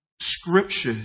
scriptures